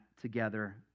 together